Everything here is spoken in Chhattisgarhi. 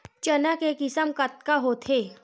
चना के किसम कतका होथे?